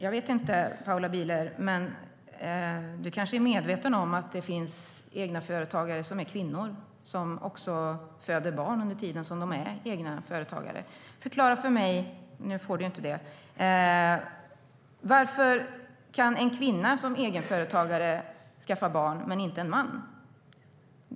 Fru talman! Du kanske är medveten om att det finns egenföretagare som är kvinnor och också föder barn under tiden som de är företagare, Paula Bieler? Förklara för mig - fast nu får du inte det, för du har inte någon ytterligare replik - varför en kvinna som är egenföretagare kan skaffa barn men inte en man.